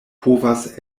povas